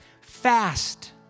fast